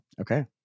Okay